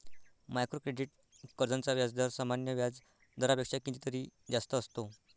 micro credit कर्जांचा व्याजदर सामान्य व्याज दरापेक्षा कितीतरी जास्त असतो